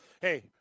Hey